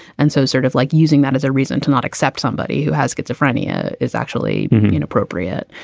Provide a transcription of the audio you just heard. and so sort of like using that as a reason to not accept somebody who has schizophrenia is actually inappropriate.